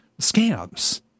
scams